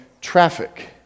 traffic